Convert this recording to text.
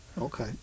Okay